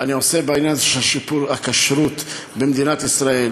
אני עושה בעניין הזה של שיפור הכשרות במדינת ישראל,